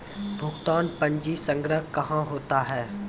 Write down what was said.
भुगतान पंजी संग्रह कहां होता हैं?